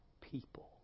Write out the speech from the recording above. people